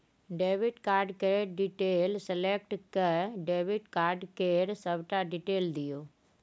debit card केर detail select कए debit card केर सबटा डिटेल दियौ